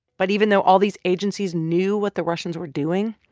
but even though all these agencies knew what the russians were doing,